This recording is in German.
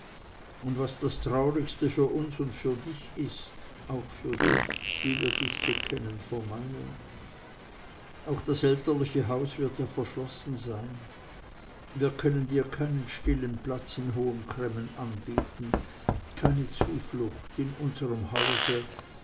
und was das traurigste für uns und für dich ist auch für dich wie wir dich zu kennen vermeinen auch das elterliche haus wird dir verschlossen sein wir können dir keinen stillen platz in hohen cremmen anbieten keine zuflucht in unserem hause